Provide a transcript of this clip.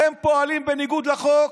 אתם פועלים בניגוד לחוק.